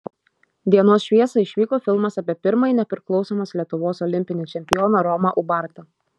dienos šviesą išvyko filmas apie pirmąjį nepriklausomos lietuvos olimpinį čempioną romą ubartą